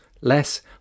less